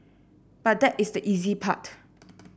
but that is the easy part